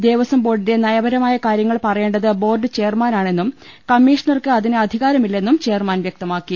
ദേവസ്വം ബോർഡിന്റെ നയപരമായ കാര്യ ങ്ങൾ പറയേണ്ടത് ബോർഡ് ചെയർമാനാണെന്നും കമ്മീഷണർക്ക് അതിന് അധികാരമില്ലെന്നും ചെയർമാൻ വ്യക്തമാക്കി